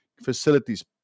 facilities